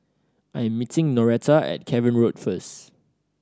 I am meeting Noretta at Cavan Road first